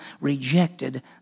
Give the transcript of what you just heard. rejected